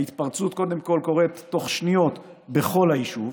ההתפרצות קודם כול קורית תוך שניות בכל היישוב,